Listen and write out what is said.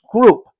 group